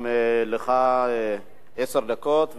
גם לך עשר דקות.